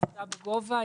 עבודה בגובה,